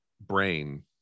brain